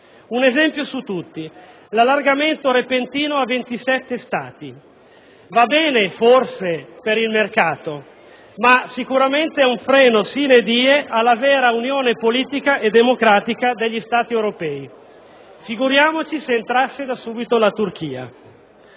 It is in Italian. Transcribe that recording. Un esempio su tutti l'allargamento repentino a 27 Stati: va bene forse per il mercato, ma sicuramente è un freno *sine* *die* alla vera unione politica e democratica degli Stati europei. Figuriamoci se entrasse da subito la Turchia!